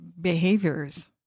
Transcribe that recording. behaviors